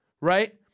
right